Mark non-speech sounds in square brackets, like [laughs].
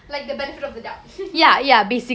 like the benefit of the doubt [laughs]